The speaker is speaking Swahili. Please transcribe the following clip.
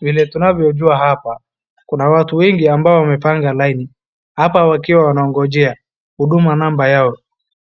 Vile tunavyojua hapa kuna watu wengi ambao wamepanga lain hapa wakiwa wanaongojea huduma namba yoa,